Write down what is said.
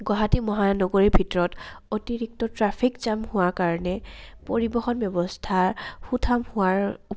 গুৱাহাটী মহানগৰীৰ ভিতৰত অতিৰিক্ত ট্ৰাফিক জাম হোৱা কাৰণে পৰিবহণ ব্যৱস্থা সুঠাম হোৱাৰ